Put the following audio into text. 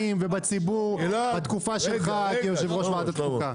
ובציבור בתקופה שלך כיושב-ראש ועדת חוקה.